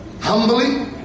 humbly